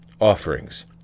offerings